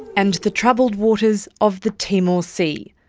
and the troubled waters of the timor sea.